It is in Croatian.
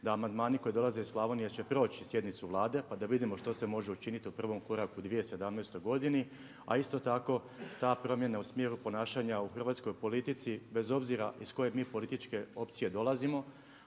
da amandmani koji dolaze iz Slavonije će proći sjednicu Vlade, pa da vidimo što se može učiniti u prvom koraku u 2017. godini. A isto tako ta promjena u smjeru ponašanja u hrvatskoj politici bez obzira iz koje mi političke opcije dolazimo.